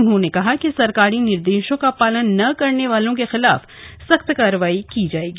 उन्होंने कहा कि सरकारी निर्देशों का पालन न करने वालों के खिलाफ सख्त कार्रवाई की जाएगी